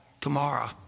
tomorrow